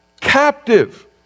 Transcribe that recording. captive